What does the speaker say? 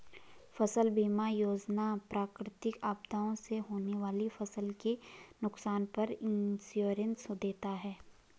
फसल बीमा योजना प्राकृतिक आपदा से होने वाली फसल के नुकसान पर इंश्योरेंस देता है